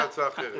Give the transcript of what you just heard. יש לי הצעה אחרת.